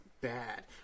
bad